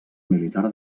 militar